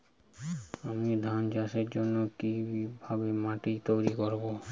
আমি ধান চাষের জন্য কি ভাবে মাটি তৈরী করব?